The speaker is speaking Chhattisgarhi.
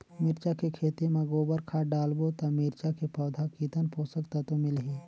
मिरचा के खेती मां गोबर खाद डालबो ता मिरचा के पौधा कितन पोषक तत्व मिलही?